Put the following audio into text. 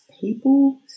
people